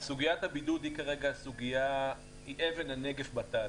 סוגיית הבידוד היא כרגע אבן הנגף בתהליך.